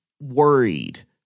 worried